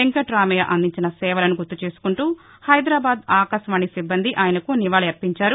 వెంకట్రామయ్య అందించిన సేవలను గుర్తు చేసుకుంటూ హైదరాబాద్ ఆకాశవాణి సిబ్బంది ఆయనకు నివాళి అర్పించారు